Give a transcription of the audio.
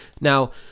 Now